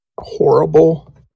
horrible